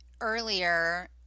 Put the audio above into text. earlier